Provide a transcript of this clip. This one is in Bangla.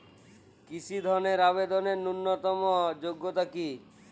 কৃষি ধনের আবেদনের ন্যূনতম যোগ্যতা কী?